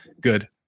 Good